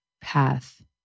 path